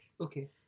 Okay